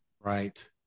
Right